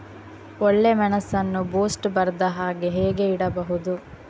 ಒಳ್ಳೆಮೆಣಸನ್ನು ಬೂಸ್ಟ್ ಬರ್ದಹಾಗೆ ಹೇಗೆ ಇಡಬಹುದು?